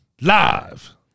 Live